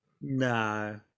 no